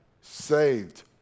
Saved